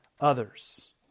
others